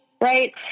right